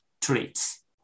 traits